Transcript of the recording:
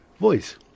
voice